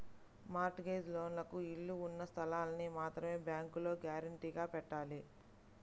mart gauge లోన్లకు ఇళ్ళు ఉన్న స్థలాల్ని మాత్రమే బ్యేంకులో గ్యారంటీగా పెట్టాలి